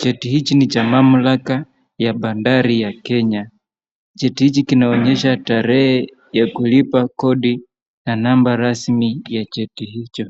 Cheti hichi ni cha mamlaka ya bandari ya Kenya. Cheti hichi kinaonyesha tarehe ya kulipa kodi na namba rasmi ya cheti hicho.